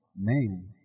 Name